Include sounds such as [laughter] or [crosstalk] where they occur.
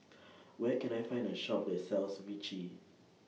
[noise] Where Can I Find A Shop that sells Vichy [noise]